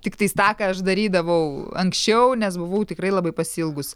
tiktais tą ką aš darydavau anksčiau nes buvau tikrai labai pasiilgus